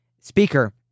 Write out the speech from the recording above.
speaker